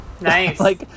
Nice